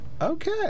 okay